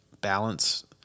balance